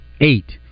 eight